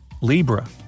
Libra